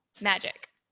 magic